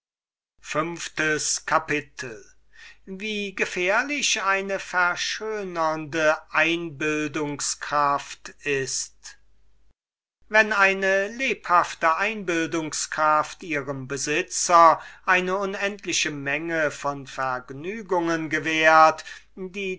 wie gefährlich es ist der besitzer einer verschönernden einbildungskraft zu sein wenn eine lebhafte einbildungskraft ihrem besitzer eine unendliche menge von vergnügen gewährt die